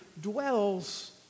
dwells